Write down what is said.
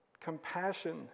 compassion